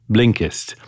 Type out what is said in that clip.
Blinkist